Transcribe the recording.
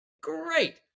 Great